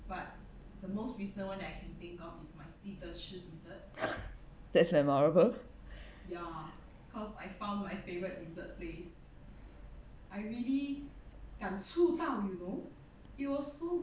that's memorable